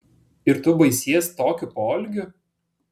ir tu baisies tokiu poelgiu